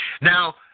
now